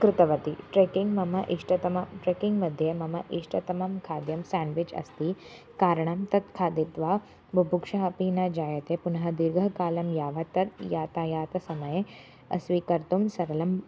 कृतवती ट्रेकिङ्ग् मम इष्टतमं ट्रेकिङ्ग् मध्ये मम इष्टतमं खाद्यं सेण्डिच् अस्ति कारणं तत् खादित्वा बुबुक्षा अपि न जायते पुनः दीर्घकालं यावत् तत् यातायातसमये स्वीकर्तुं सरलम्